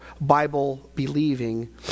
Bible-believing